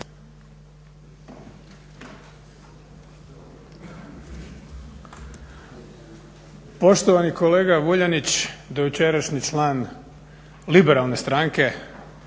Poštovani kolega Vuljanić, dojučerašnji član Liberalne stranke